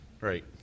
Right